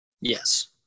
Yes